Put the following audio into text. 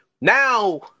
Now